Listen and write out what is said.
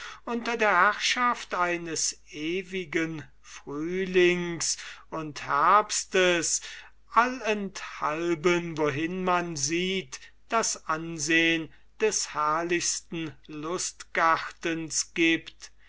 unter der herrschaft eines ewigen frühlings und herbstes allenthalben wohin man sieht das ansehen des herrlichsten lustgartens gibt